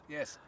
Yes